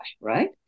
Right